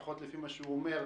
לפחות לפי מה שהוא אומר,